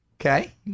okay